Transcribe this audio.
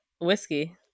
whiskey